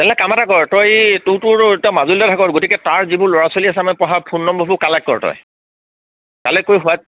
তেনেহ'লে কাম এটা কৰ তই এই তই এই তোৰতো মাজুলীতে থাক গতিকে তাৰ যিবোৰ ল'ৰা ছোৱালী আছে পঢ়া ফোন নম্বৰবোৰ কালেক্ট কৰ তই কালেক্ট কৰি হোৱাত